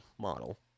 model